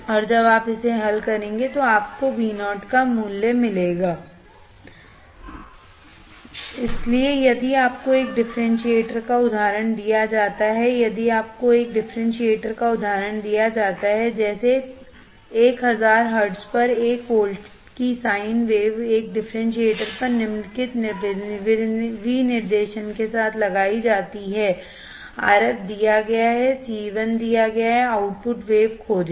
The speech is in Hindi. और जब आप इसे हल करेंगे तो आपको Vo का मूल्य मिलेगा Vo 165 sin 100 πt volts इसलिए यदि आपको एक डिफरेंशिएटर का उदाहरण दिया जाता है यदि आपको एक डिफरेंशिएटर का उदाहरण दिया जाता है जैसे 1000 हर्ट्ज पर एक वोल्ट की साइन वेव एक डिफरेंशिएटर पर निम्नलिखित विनिर्देशन के साथ लगाया जाता है RF दिया गया है C 1 दिया गया है आउटपुट वेव खोजें